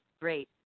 Great